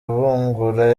bungura